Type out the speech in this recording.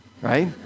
right